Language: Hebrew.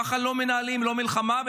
ככה לא מנהלים מלחמה,